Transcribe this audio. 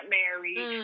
married